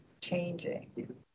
changing